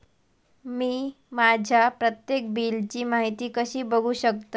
मी माझ्या प्रत्येक बिलची माहिती कशी बघू शकतय?